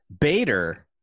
Bader